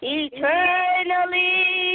eternally